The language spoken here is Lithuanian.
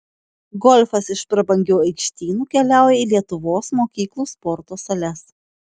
golfas iš prabangių aikštynų keliauja į lietuvos mokyklų sporto sales